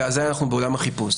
ואז אנחנו בעולם החיפוש.